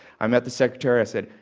i met the secretary. i said,